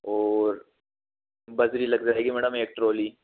और बजरी लग जाएगी मैडम एक ट्रॉली